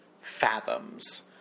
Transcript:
fathoms